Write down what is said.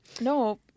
No